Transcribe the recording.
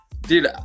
dude